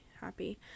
happy